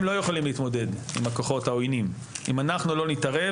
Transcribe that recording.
הם לא יכולים להתמודד עם הכוחות העוינים אם אנחנו לא נתערב